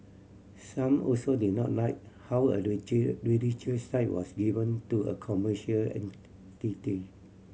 some also did not like how a religious site was given to a commercial entity